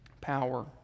power